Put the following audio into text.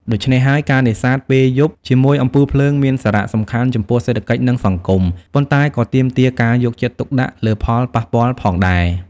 ដូច្នេះហើយ ការនេសាទពេលយប់ជាមួយអំពូលភ្លើងមានសារៈសំខាន់ចំពោះសេដ្ឋកិច្ច និងសង្គម ប៉ុន្តែក៏ទាមទារការយកចិត្តទុកដាក់លើផលប៉ះពាល់ផងដែរ។